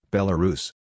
Belarus